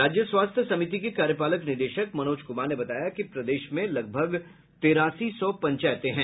राज्य स्वास्थ्य समिति के कार्यपालक निदेशक मनोज कुमार ने बताया कि प्रदेश में लगभग तिरासी सौ पंचायतें हैं